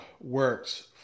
works